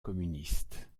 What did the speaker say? communistes